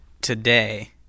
today